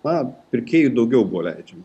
na pirkėjui daugiau buvo leidžiama